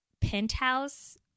penthouse